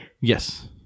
Yes